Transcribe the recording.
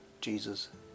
Jesus